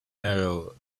arrow